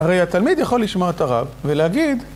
הרי התלמיד יכול לשמוע את הרב ולהגיד...